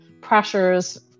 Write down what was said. pressures